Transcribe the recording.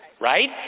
right